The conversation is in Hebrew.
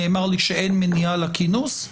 נאמר לי שאין מניעה לכינוס.